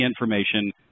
information